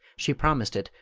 she promised it,